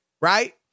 Right